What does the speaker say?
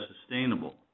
sustainable